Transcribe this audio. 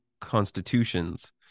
constitutions